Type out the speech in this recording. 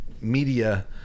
media